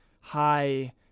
high